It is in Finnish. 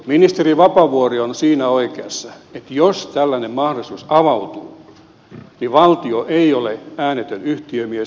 ministeri vapaavuori on siinä oikeassa että jos tällainen mahdollisuus avautuu valtio ei ole äänetön yhtiömies